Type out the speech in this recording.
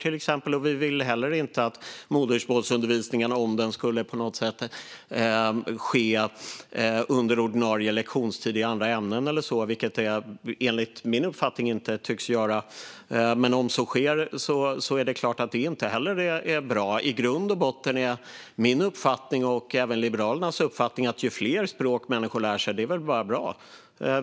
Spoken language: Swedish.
Vi vill inte att modersmålsundervisningen ska ske under ordinarie lektionstid i andra ämnen, vilket den enligt min uppfattning inte tycks göra. Om så sker är det klart att det inte är bra. I grund och botten är min och Liberalernas uppfattning att det är bättre ju fler språk människor lär sig.